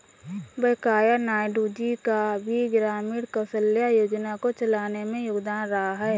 वैंकैया नायडू जी का भी ग्रामीण कौशल्या योजना को चलाने में योगदान रहा है